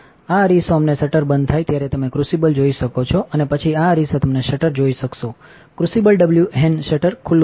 આ અરીસો અમને શટર બંધ થાય ત્યારે તમે ક્રુસિબલ જોઈ શકો છો અને પછી આ અરીસા તમને શટર જોઈ શકશે ક્રુસિબલ ડબલ્યુહેન શટર ખુલ્લું હતું